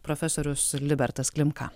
profesorius libertas klimka